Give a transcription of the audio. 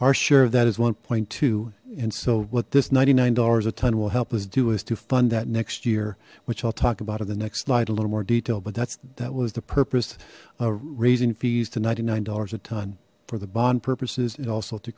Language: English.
our share of that is one two and so what this ninety nine dollars a ton will help us do is to fund that next year which i'll talk about in the next slide a little more detail but that's that was the purpose of raising fees to ninety nine dollars a ton for the bond purposes and also to